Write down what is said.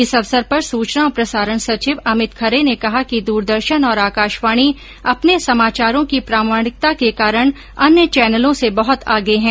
इस अवसर पर सूचना और प्रसारण सचिव अमित खरे ने कहा कि दूरदर्शन और आकाशवाणी अपने समाचारों की प्रामाणिकता के कारण अन्य चैनलों से बहुत आगे है